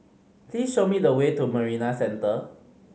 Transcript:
please show me the way to Marina Centre